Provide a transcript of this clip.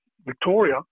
Victoria